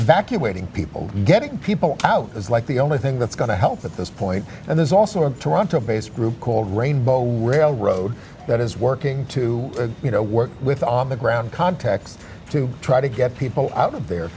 evacuating people getting people out is like the only thing that's going to help at this point and there's also a toronto based group called rainbow railroad that is working to you know work with on the ground contacts to try to get people out of there